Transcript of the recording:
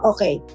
Okay